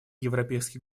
европейский